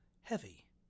heavy